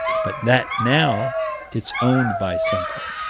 but that now it's owned by something